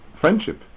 friendship